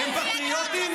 הם פטריוטים?